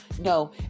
No